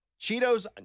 Cheetos